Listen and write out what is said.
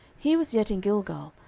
he was yet in gilgal,